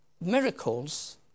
miracles